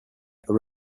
are